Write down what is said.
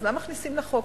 אז מה מכניסים לחוק?